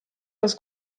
aus